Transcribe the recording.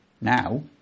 now